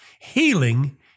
Healing